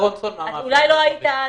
אולי לא היית אז.